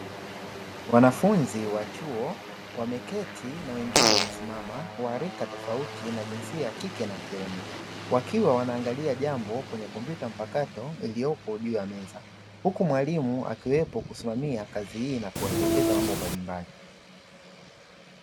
Wanafunzi wa chuo wameketi na wengine wamesimama wa rika tofauti na jinsia ya kike na ya kiume, wakiwa wanaangalia jambo kwenye kompyuta mpakato iliyopo juu ya meza. Huku mwalimu akiwepo kusimamia kazi hii na kuwaelekeza mambo mbalimbali.